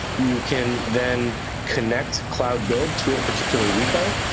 you can then connect cloud build to a particular repo.